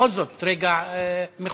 בכל זאת, רגע מכונן.